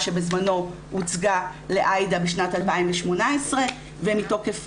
שבזמנו הוצגה לעאידה בשנת 2018 ומתוקף